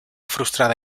frustrada